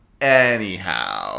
Anyhow